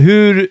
Hur